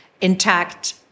intact